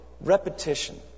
Repetition